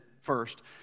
first